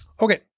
Okay